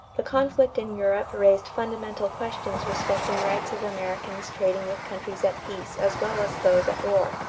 the conflict in europe raised fundamental questions respecting rights of americans trading with countries at peace as well as those at war.